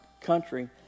country